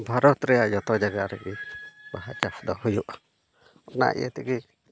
ᱵᱷᱟᱨᱚᱛ ᱨᱮᱭᱟᱜ ᱡᱚᱛᱚ ᱡᱟᱭᱜᱟ ᱨᱮᱜᱮ ᱵᱟᱦᱟ ᱪᱟᱥ ᱫᱚ ᱦᱩᱭᱩᱜᱼᱟ ᱚᱱᱟ ᱤᱭᱟᱹ ᱛᱮᱜᱮ